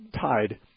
tied